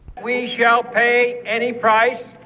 we shall pay any price,